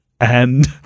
and-